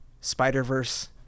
Spider-Verse